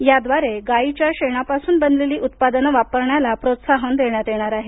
याद्वारे गायीच्या शेणापासून बनलेली उत्पादने वापरण्याला प्रोत्साहन देण्यात येणार आहे